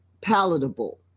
palatable